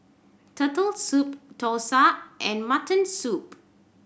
Turtle Soup dosa and mutton soup